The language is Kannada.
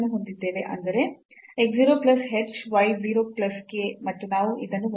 ಅಂದರೆx 0 plus h y 0 plus k ಮತ್ತು ನಾವು ಇದನ್ನು ಮುಂದುವರಿಸಬಹುದು